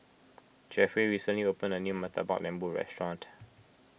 Jeffrey recently opened a new Murtabak Lembu restaurant